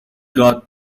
got